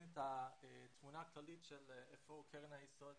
את התמונה הכללית של היכן קרן היסוד,